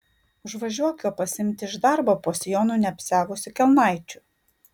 užvažiuok jo pasiimti iš darbo po sijonu neapsiavusi kelnaičių